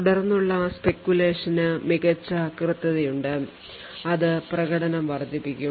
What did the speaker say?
തുടർന്നുള്ള speculation ന് മികച്ച കൃത്യതയുണ്ട് അതു പ്രകടനം വർദ്ധിപ്പിക്കും